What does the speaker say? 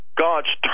God's